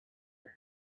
other